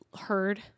heard